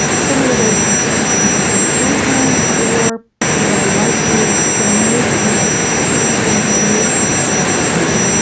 some of the ways we teach may be confusing or more likely there may be things one could use to facilitate learning.